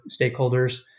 stakeholders